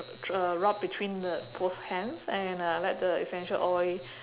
uh rub between both hands and uh let the essential oil